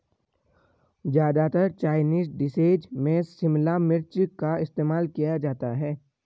ज्यादातर Chinese dishes में शिमला मिर्च का इस्तेमाल किया जाता है